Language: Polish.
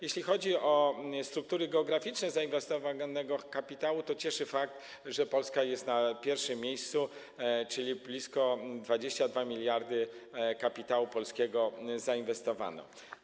Jeśli chodzi o struktury geograficzne zainwestowanego kapitału, to cieszy fakt, że Polska jest na pierwszym miejscu, czyli że blisko 22 mld kapitału polskiego zainwestowano.